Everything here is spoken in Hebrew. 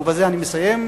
ובזה אני מסיים,